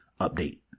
update